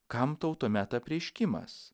kam tau tuomet apreiškimas